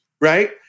Right